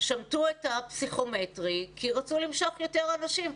שמטו את הפסיכומטרי כי רצו למשוך יותר אנשים,